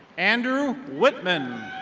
andrew whitman.